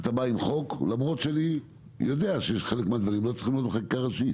אני יודע שחלק מהדברים צריכים להיות בחקיקה ראשית